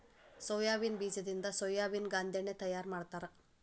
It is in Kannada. ಸೊಯಾಬೇನ್ ಬೇಜದಿಂದ ಸೋಯಾಬೇನ ಗಾಂದೆಣ್ಣಿ ತಯಾರ ಮಾಡ್ತಾರ